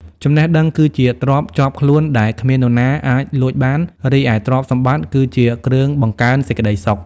ចំណេះដឹងគឺជាទ្រព្យជាប់ខ្លួនដែលគ្មាននរណាអាចលួចបាន រីឯទ្រព្យសម្បត្តិគឺជាគ្រឿងបង្កើនសេចក្តីសុខ។